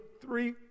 three